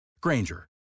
Granger